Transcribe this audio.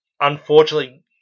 unfortunately